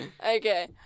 Okay